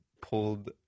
pulled